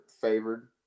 favored